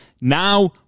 Now